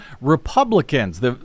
Republicans